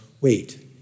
wait